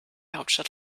hauptstadt